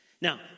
Now